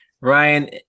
Ryan